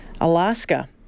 Alaska